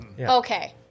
Okay